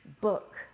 book